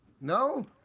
No